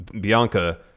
Bianca